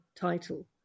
title